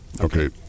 Okay